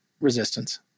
resistance